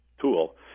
tool